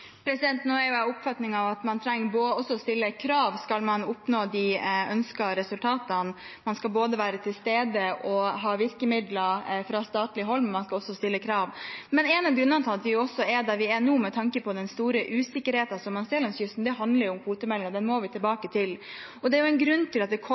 Nå er jo jeg av den oppfatning at man også trenger å stille krav, skal man oppnå de ønskede resultatene. Man skal være til stede og ha virkemidler fra statlig hold, men man skal også stille krav. Men en av grunnene til at vi er der vi er nå, med tanke på den store usikkerheten som man ser langs kysten, handler om kvotemeldingen. Den må vi tilbake til. Det er jo en grunn til at det